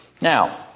now